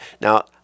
Now